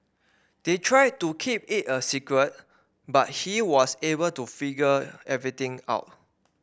they tried to keep it a secret but he was able to figure everything out